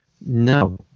No